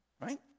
Right